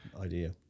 idea